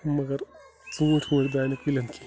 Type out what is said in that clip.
مگر ژوٗنٛٹھۍ ووٗنٛٹھۍ درٛاے نہٕ کُلٮ۪ن کِہیٖنۍ